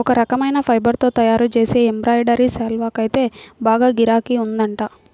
ఒక రకమైన ఫైబర్ తో తయ్యారుజేసే ఎంబ్రాయిడరీ శాల్వాకైతే బాగా గిరాకీ ఉందంట